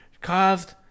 caused